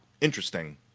interesting